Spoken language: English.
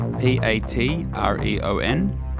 p-a-t-r-e-o-n